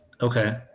Okay